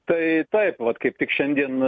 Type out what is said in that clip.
tai taip vat kaip tik šiandien